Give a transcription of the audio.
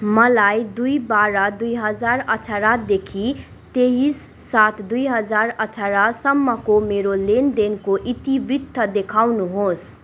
मलाई दुई बाह्र दुई हजार अठारदेखि तेइस सात दुई हजार अठारसम्मको मेरो लेनदेनको इतिवृत्त देखाउनुहोस्